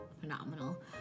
phenomenal